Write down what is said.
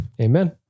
Amen